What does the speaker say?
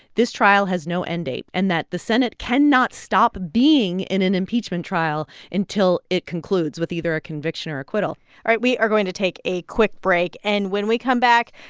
this trial has no end date in and that the senate cannot stop being in an impeachment trial until it concludes with either a conviction or acquittal all right, we are going to take a quick break. and when we come back,